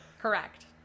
Correct